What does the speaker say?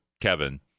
Kevin